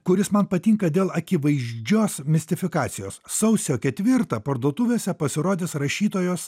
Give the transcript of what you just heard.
kuris man patinka dėl akivaizdžios mistifikacijos sausio ketvirtą parduotuvėse pasirodęs rašytojos